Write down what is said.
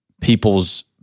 people's